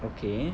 okay